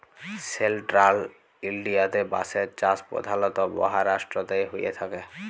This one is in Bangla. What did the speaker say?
সেলট্রাল ইলডিয়াতে বাঁশের চাষ পধালত মাহারাষ্ট্রতেই হঁয়ে থ্যাকে